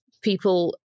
People